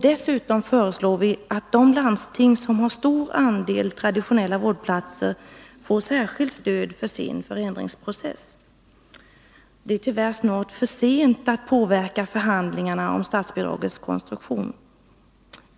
Dessutom föreslår vi att de landsting som har stor andel traditionella vårdplatser skall få särskilt stöd för sin förändringsprocess. Det är tyvärr snart för sent att påverka förhandlingarna om statsbidragets konstruktion.